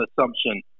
assumption